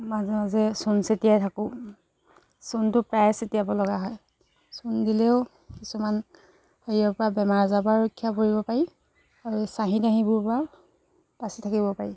মাজে মাজে চূণ ছটিয়াই থাকোঁ চূণটো প্ৰায় ছটিয়াবলগা হয় চূণ দিলেও কিছুমান হেৰিয়ৰ পৰা বেমাৰ আজাৰ পৰাও ৰক্ষা পৰিব পাৰি আৰু চাহী তাহীবোৰৰ পৰাও বাচি থাকিব পাৰি